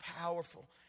powerful